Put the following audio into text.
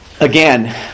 again